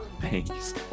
thanks